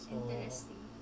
Interesting